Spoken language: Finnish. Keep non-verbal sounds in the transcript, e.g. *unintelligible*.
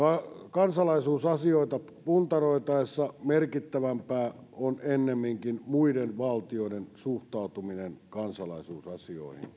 kansalaisuusasioita puntaroitaessa merkittävämpää on ennemminkin muiden valtioiden suhtautuminen kansalaisuusasioihin *unintelligible*